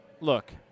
Look